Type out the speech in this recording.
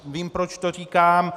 Vím, proč to říkám.